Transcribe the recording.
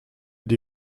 die